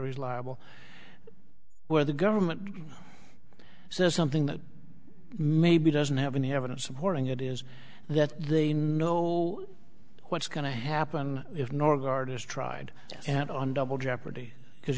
reliable where the government says something that maybe doesn't have any evidence supporting it is that they know what's going to happen if norgaard is tried and on double jeopardy because